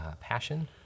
passion